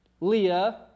Leah